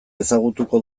ezagutuko